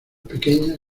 pequeñas